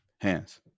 hands